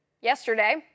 Yesterday